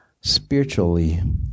spiritually